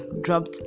dropped